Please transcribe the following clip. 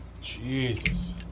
Jesus